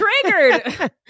triggered